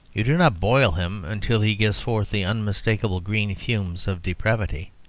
you do not boil him until he gives forth the unmistakable green fumes of depravity.